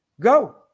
Go